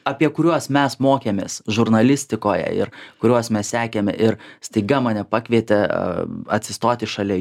apie kuriuos mes mokėmės žurnalistikoje ir kuriuos mes sekėme ir staiga mane pakvietė atsistoti šalia